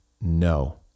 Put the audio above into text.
No